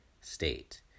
state